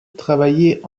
travaillait